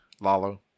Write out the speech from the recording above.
Lalo